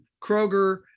Kroger